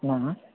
हॅं